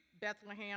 Bethlehem